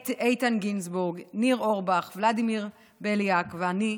איתן גינזבורג, ניר אורבך, ולדימיר בליאק ואני,